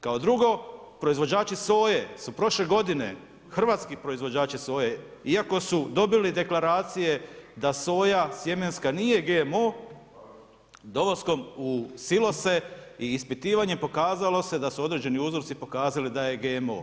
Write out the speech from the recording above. Kao drugo, proizvođači soje su prošle godine, hrvatski proizvođači soje, iako su dobili deklaracije da soja sjemenska nije GMO, dolaskom u silose i ispitivanjem pokazalo se da su određeni uzorci pokazali da je GMO.